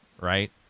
right